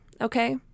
okay